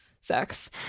sex